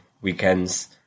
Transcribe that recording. weekends